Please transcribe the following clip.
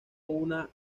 una